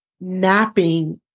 napping